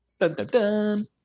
Dun-dun-dun